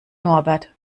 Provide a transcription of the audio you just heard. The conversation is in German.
norbert